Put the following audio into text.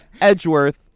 Edgeworth